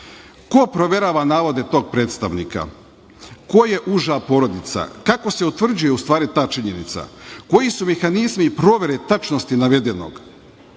Ko proverava navode tog predstavnika? Ko je uža porodica? Kako se utvrđuje, u stvari, ta činjenica? Koji su mehanizmi provere tačnosti navedenog?